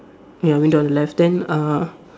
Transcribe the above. ya window on the left then uh